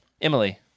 Emily